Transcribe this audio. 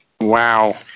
Wow